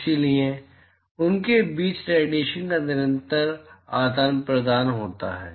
इसलिए उनके बीच रेडिएशन का निरंतर आदान प्रदान होता है